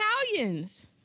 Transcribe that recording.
Italians